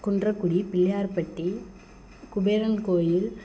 குன்றக்குடி பிள்ளையார்பட்டி குபேரன் கோயில்